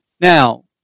Now